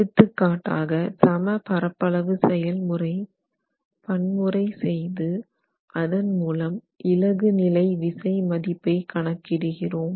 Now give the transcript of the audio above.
எடுத்துக்காட்டாக சம பரப்பளவு செயல்முறை பன்முறை செய்து அதன் மூலம் இளகு நிலை விசை மதிப்பை கணக்கிடுகிறோம்